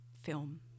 film